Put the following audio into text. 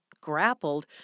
grappled